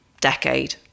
decade